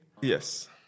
yes